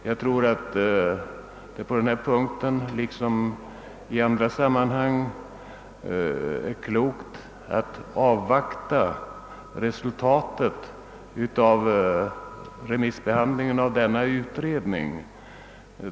Jag tror att det på denna punkt liksom i andra sammanhang är klokt att avvakta resultatet av denna utredning.